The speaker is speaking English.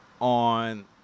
on